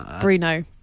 Bruno